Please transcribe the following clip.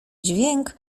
dźwięk